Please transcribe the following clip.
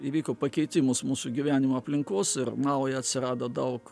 įvyko pakeitimus mūsų gyvenimo aplinkos ir nauja atsirado daug